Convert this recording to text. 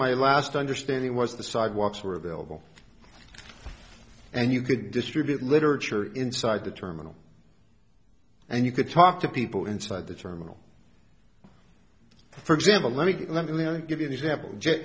my last understanding was the sidewalks were available and you could distribute literature inside the terminal and you could talk to people inside the terminal for example let me let me give you an example